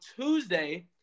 Tuesday